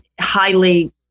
highly